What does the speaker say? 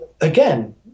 Again